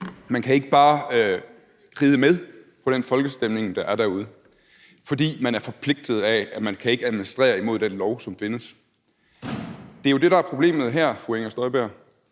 man kan ikke bare ride med på den folkestemning, der er derude, for man er forpligtet af, at man ikke kan administrere mod den lov, som findes. Det er jo det, der er problemet her, fru Inger Støjberg.